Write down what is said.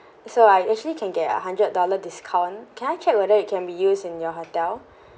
so I actually can get a hundred dollar discount can I check whether it can be used in your hotel